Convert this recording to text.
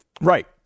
Right